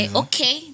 okay